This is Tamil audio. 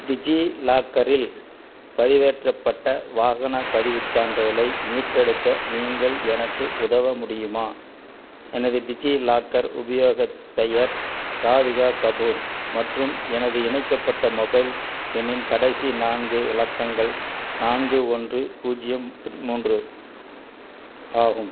டிஜிலாக்கரில் பதிவேற்றப்பட்ட வாகனப் பதிவுச் சான்றிதழை மீட்டெடுக்க நீங்கள் எனக்கு உதவ முடியுமா எனது டிஜிலாக்கர் உபயோகப் பெயர் ராதிகா கபூர் மற்றும் எனது இணைக்கப்பட்ட மொபைல் எண்ணின் கடைசி நான்கு இலக்கங்கள் நான்கு ஒன்று பூஜ்ஜியம் து மூன்று ஆகும்